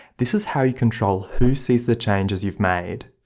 this is how you control who sees the changes you've made.